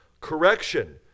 correction